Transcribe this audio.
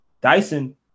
Dyson